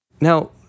Now